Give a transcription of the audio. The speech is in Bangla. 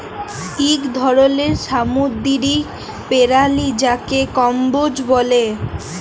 ইক ধরলের সামুদ্দিরিক পেরালি যাকে কম্বোজ ব্যলে